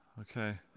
Okay